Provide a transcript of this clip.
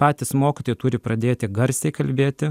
patys mokytojai turi pradėti garsiai kalbėti